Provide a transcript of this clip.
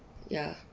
ya